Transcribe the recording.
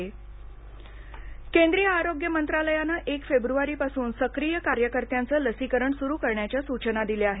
सक्रीय कार्यकर्ते केंद्रीय आरोग्य मंत्रालयानं एक फेब्रुवारीपासून सक्रीय कार्यकर्त्यांचं लसीकरण सुरू करण्याच्या सूचना दिल्या आहेत